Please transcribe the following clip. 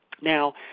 Now